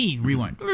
rewind